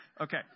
Okay